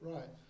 Right